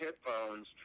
headphones